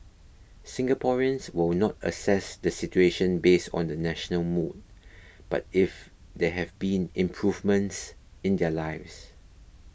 Singaporeans will not assess the situation based on the national mood but if there have been improvements in their lives